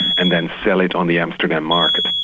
and then sell it on the amsterdam market.